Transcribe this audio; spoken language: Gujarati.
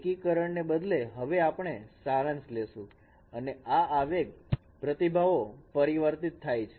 એકીકરણ ને બદલે હવે આપણે સારાંશ લેશું અને આ આવેગ પ્રતિભાવો પરિવર્તિત થાય છે